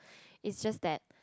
it's just that